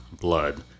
blood